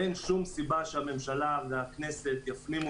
אין שום סיבה שהממשלה והכנסת יפנימו